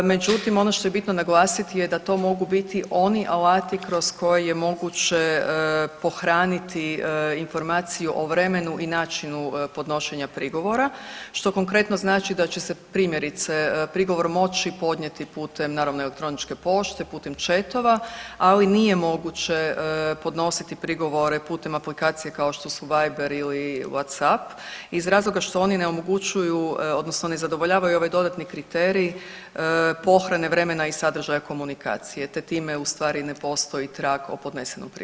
Međutim, ono što je bitno naglasit je da to mogu biti oni alati kroz koje je moguće pohraniti informaciju o vremenu i načinu podnošenja prigovora, što konkretno znači da će se primjerice prigovor moći podnijeti putem naravno elektroničke pošte, putem chatova, ali nije moguće podnositi prigovore putem aplikacije kao što su Viber ili WhattApp iz razloga što oni ne omogućuju odnosno ne zadovoljavaju ovaj dodatni kriterij pohrane vremena i sadržaja komunikacije, te time u stvari ne postoji trag o podnesenom prigovoru.